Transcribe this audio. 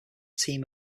team